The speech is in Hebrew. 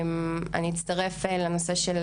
אני אצטרף לנושא של